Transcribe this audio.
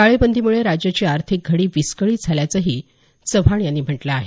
टाळेबंदीमुळे राज्याची आर्थिक घडी विस्कळीत झाल्याचंही चव्हाण यांनी म्हटलं आहे